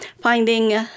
finding